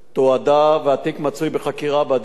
והתיק מצוי בחקירה בעדיפות עליונה,